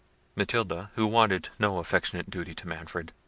matilda, who wanted no affectionate duty to manfred,